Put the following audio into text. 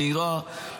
מהירה,